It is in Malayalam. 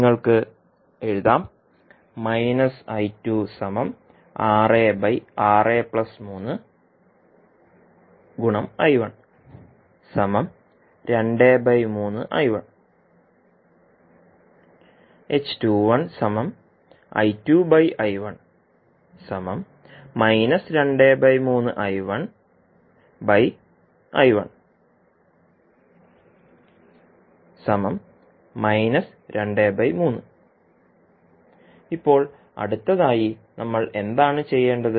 നിങ്ങൾക്ക് എഴുതാം ഇപ്പോൾ അടുത്തതായി നമ്മൾ എന്താണ് ചെയ്യേണ്ടത്